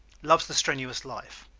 loves the strenuous life